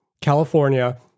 California